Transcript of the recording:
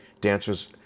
dancers